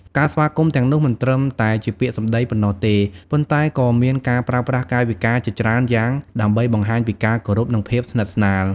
ការស្វាគមន៍ទាំងនោះមិនត្រឹមតែជាពាក្យសម្ដីប៉ុណ្ណោះទេ ប៉ុន្តែក៏មានការប្រើប្រាស់កាយវិការជាច្រើនយ៉ាងដើម្បីបង្ហាញពីការគោរពនិងភាពស្និទ្ធស្នាល។